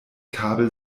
kabel